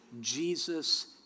Jesus